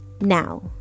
Now